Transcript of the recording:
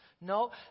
No